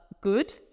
good